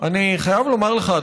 אני חייב לומר לך,